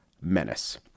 menace